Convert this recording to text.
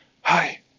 Hi